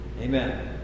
Amen